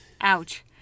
ouch